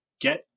get